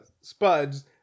Spuds